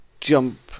Jump